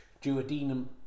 Duodenum